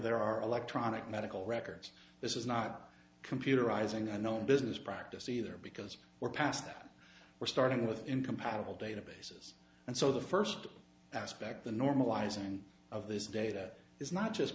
there are electronic medical records this is not computerizing unknown business practice either because we're past that we're starting with incompatible databases and so the first aspect the normalising of this data is not just